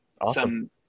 Awesome